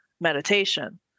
meditation